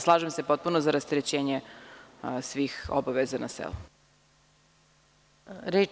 Slažem se potpuno za rasterećenje svih obaveza na selu.